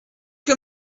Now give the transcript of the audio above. que